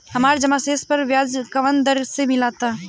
हमार जमा शेष पर ब्याज कवना दर से मिल ता?